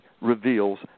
reveals